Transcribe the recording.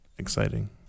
Exciting